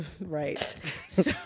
right